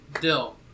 Dill